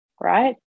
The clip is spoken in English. right